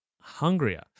hungrier